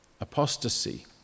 Apostasy